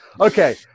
Okay